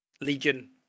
Legion